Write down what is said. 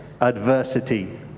adversity